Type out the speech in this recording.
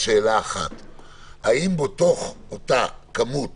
האם בתוך אותה כמות